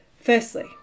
Firstly